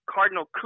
Cardinal